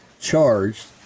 charged